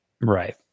Right